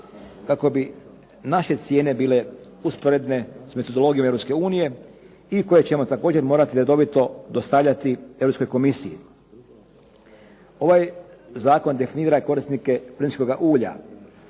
kako bi naše cijene bile usporedne sa metodologijom Europske unije i koje ćemo također morati redovito dostavljati Europskoj komisiji. Ovaj Zakon definira korisnike plinskoga ulja